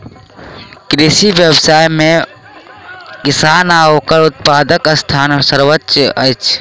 कृषि व्यवसाय मे किसान आ ओकर उत्पादकक स्थान सर्वोच्य अछि